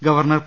governor P